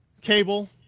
cable